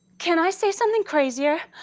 can i say something crazier?